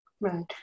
Right